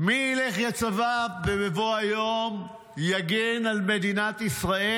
מי ילך לצבא בבוא היום, יגן על מדינת ישראל?